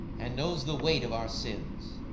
and knows the weight of our sins,